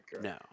No